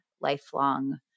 lifelong